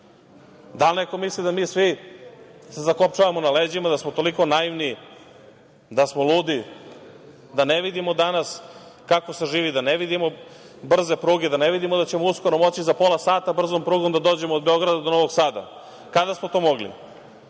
Da li neko misli da mi svi se zakopčavamo na leđima, da smo toliko naivni, da smo ludi, da ne vidimo danas kako se živi, da ne vidimo brze pruge, da ne vidimo da ćemo uskoro moći za pola sata brzom prugom da dođemo od Beograda do Novog Sada. Kada smo to mogli? Za